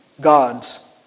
God's